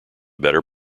better